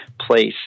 place